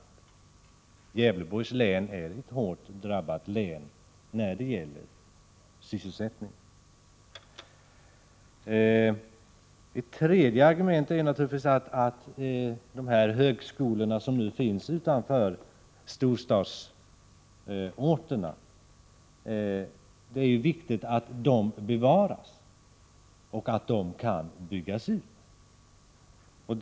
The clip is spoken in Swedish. Gävleborgs län är hårt drabbat när det gäller sysselsättningen. Ett tredje argument är att det är viktigt att de högskolor som finns utanför storstadsområdena kan bevaras och byggas ut.